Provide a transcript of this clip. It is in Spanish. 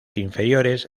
inferiores